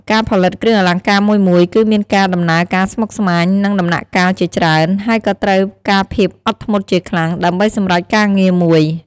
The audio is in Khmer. ការផលិតគ្រឿងអលង្ការមួយៗ គឺមានការដំណើរការស្មុគស្មាញ និងដំណាក់កាលជាច្រើន ហើយក៏ត្រូវការភាពអត់ធ្មត់ជាខ្លាំង ដើម្បីសម្រចការងារមួយ។